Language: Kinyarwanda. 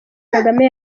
kagame